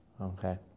okay